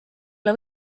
ole